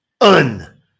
Un